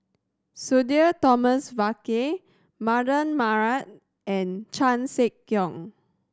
Sudhir Thomas Vadaketh Mardan Mamat and Chan Sek Keong